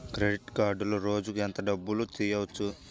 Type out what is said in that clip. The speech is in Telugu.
క్రెడిట్ కార్డులో రోజుకు ఎంత డబ్బులు తీయవచ్చు?